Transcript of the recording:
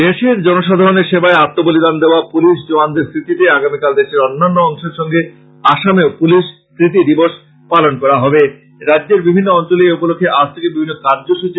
দেশের জনসাধারনের সেবায় আত্মবলিদান দেওয়া পুলিশ জওয়ানদের স্মৃতিতে আগামীকাল দেশের অন্যান্য অংশের সঙ্গে আসামেও পুলিশ স্মৃতি দিবস পালন করা হয়